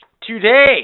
Today